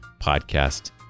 podcast